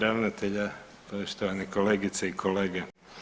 ravnatelja, poštovane kolegice i kolege.